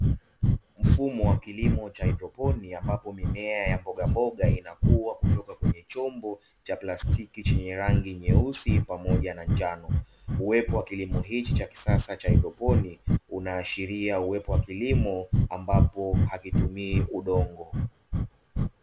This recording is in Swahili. Mfumo wa kilimo cha haidroponi ambapo mimea ya mboga mboga inakua kutoka kwenye chombo cha plastiki chenye rangi nyeusi pamoja na njano. Uwepo wa kilimo hichi cha kisasa cha haidroponi unaashiria uwepo wa kilimo ambapo hakitumii udongo.